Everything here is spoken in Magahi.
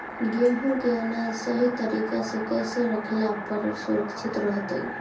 गेहूं के अनाज सही तरीका से कैसे रखला पर सुरक्षित रहतय?